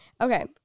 Okay